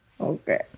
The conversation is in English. Okay